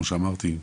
כמו שאמרתי,